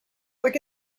like